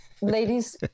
ladies